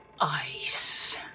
ice